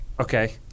okay